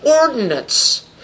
ordinance